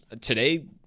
today